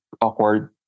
awkward